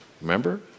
Remember